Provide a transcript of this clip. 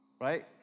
right